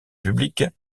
public